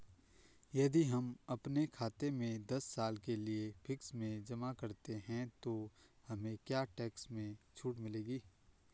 यदि हम अपने खाते से दस साल के लिए फिक्स में जमा करते हैं तो हमें क्या टैक्स में छूट मिलेगी?